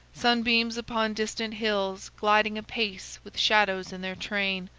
sunbeams upon distant hills gliding apace with shadows in their train,